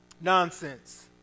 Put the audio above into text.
Nonsense